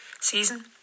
season